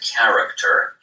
character